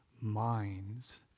minds